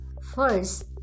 first